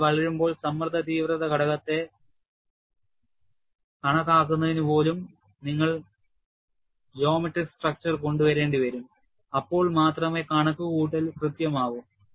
വിള്ളൽ വളരുമ്പോൾ സമ്മർദ്ദ തീവ്രത ഘടകത്തെ കണക്കാകുന്നതിനു പോലും നിങ്ങൾ ജ്യാമിതി ഘടകം കൊണ്ടുവരേണ്ടിവരും അപ്പോൾ മാത്രമേ കണക്കുകൂട്ടൽ കൃത്യമാകൂ